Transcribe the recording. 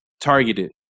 targeted